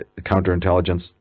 counterintelligence